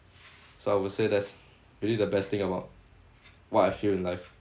so I would say that's really the best thing about what I feel in life